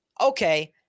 okay –